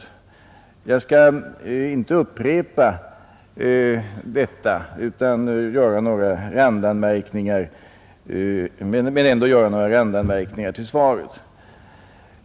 Jag skall inte upprepa detta men vill ändå göra några randanmärkningar till svaret.